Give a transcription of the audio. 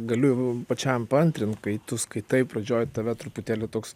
galiu pačiam paantrint kai tu skaitai pradžioj tave truputėlį toks